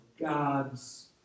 God's